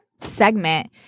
segment